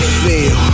feel